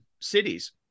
cities